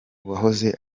uwahoze